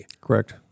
Correct